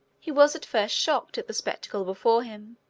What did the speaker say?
he was at first shocked at the spectacle before him,